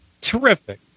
terrific